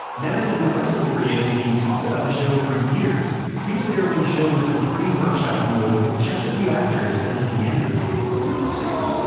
nevin and the rest of the creative team talked about the show for years. he was there when the show was in pre-workshop mode with just a few actors and a piano you know yeah ah